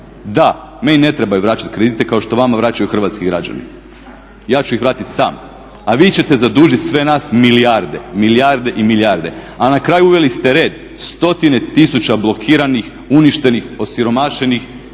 Da, meni ne trebaju vraćat kredite kao što vama vraćaju hrvatski građani. Ja ću ih vratit sam, a vi ćete zadužit sve nas milijarde, milijarde i milijarde. A na kraju uveli ste red, stotine tisuća blokiranih, uništenih, osiromašenih